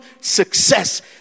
success